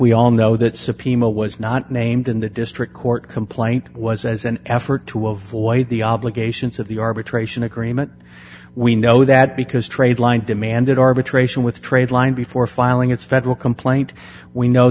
we all know that subpoena was not named in the district court complaint was as an effort to avoid the obligations of the arbitration agreement we know that because trade line demanded arbitration with trade line before filing its federal complaint we know